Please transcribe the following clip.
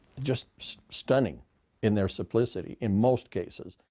just stunning in their simplicity, in most cases.